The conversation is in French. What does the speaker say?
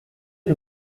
que